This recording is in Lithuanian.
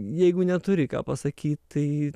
jeigu neturi ką pasakyt tai